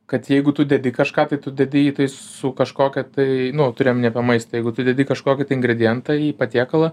kad jeigu tu dedi kažką tai tu dedi jį tai su kažkokia tai nu turiu omeny apie maistą jeigu tu dedi kažkokį tai ingredientą į patiekalą